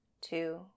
two